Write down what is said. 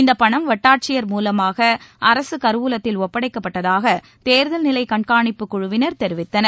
இந்தப் பணம் வட்டாட்சியர் மூலமாக அரசு கருவூலத்தில் ஒப்படைக்கப்பட்டதாக தேர்தல் நிலை கண்காணிப்பு குழுவினர் தெரிவித்தனர்